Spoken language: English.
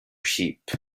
sheep